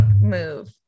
Move